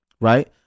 right